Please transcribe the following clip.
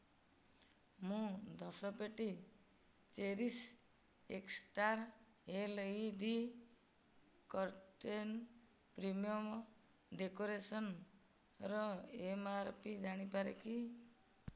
ମୁଁ ଦଶ ପେଟି cherish X star LED curtain premium ଡେକୋରେସନ୍ର ଏମ୍ ଆର୍ ପି ଜାଣିପାରେ କି